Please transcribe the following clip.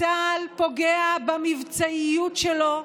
צה"ל פוגע במבצעיות שלו,